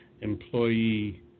employee